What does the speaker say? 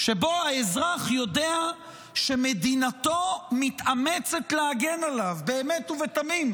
האזרח יודע שמדינתו מתאמצת להגן עליו באמת ובתמים,